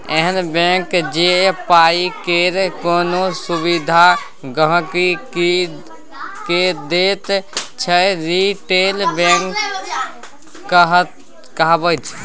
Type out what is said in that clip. एहन बैंक जे पाइ केर कोनो सुविधा गांहिकी के दैत छै रिटेल बैंकिंग कहाबै छै